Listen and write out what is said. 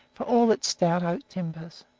for all its stout oak timbers.